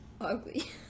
Ugly